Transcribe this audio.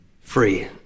free